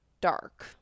dark